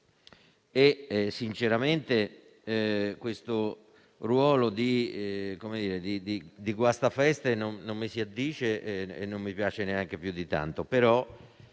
Sinceramente il ruolo di guastafeste non mi si addice e non mi piace neanche più di tanto,